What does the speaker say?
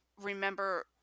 remember